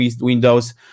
Windows